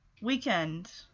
weekend